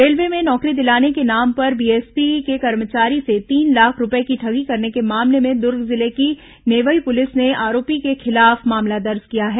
railway में नौकरी दिलाने के नाम पर बीएसपी के कर्मचारी से तीन लाख रूपए की ठगी करने के मामले में दुर्ग जिले की नेवई पुलिस ने आरोपी के खिलाफ मामला दर्ज किया है